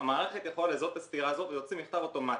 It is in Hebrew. המערכת יכולה לזהות את הסתירה הזאת ולהוציא מכתב אוטומטית.